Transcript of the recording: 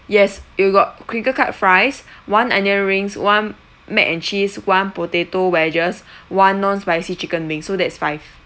yes you got crinkle cut fries one onion rings one mac and cheese one potato wedges one non-spicy chicken wing so that's five